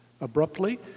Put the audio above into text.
abruptly